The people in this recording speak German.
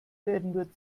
werden